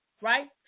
right